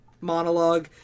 monologue